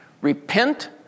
repent